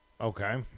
Okay